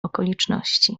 okoliczności